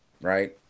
Right